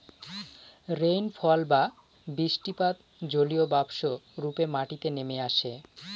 rainfall বা বৃষ্টিপাত জলীয়বাষ্প রূপে মাটিতে নেমে আসে